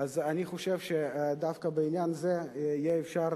אני חושב שדווקא בעניין הזה יהיה אפשר